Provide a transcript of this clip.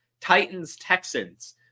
Titans-Texans